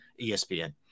ESPN